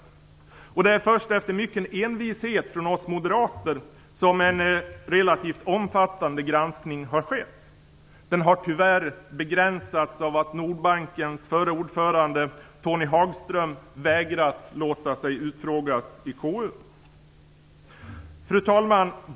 Det är först efter mycken envishet från oss moderater som en relativt omfattande granskning har skett. Den har tyvärr begränsats av att Nordbankens förre ordförande Tony Hagström har vägrat låta sig utfrågas i KU. Fru talman!